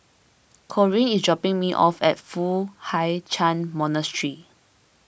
Corine is dropping me off at Foo Hai Ch'an Monastery